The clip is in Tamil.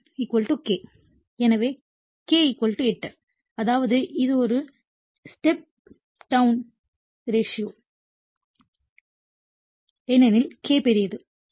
எனவே K 8 அதாவது இது ஒரு ஸ்டெப் டௌன் டிரான்ஸ்பார்மர் ஏனெனில் K பெரியது